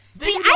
See